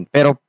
Pero